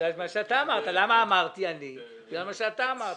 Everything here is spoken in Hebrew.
בגלל מה שאתה אמרת.